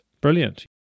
Brilliant